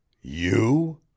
You